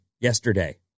yesterday